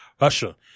Russia